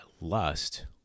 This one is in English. lust